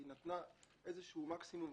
היא נתנה איזה שהוא מקסימום.